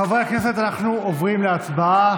חברי הכנסת, אנחנו עוברים להצבעה